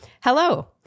hello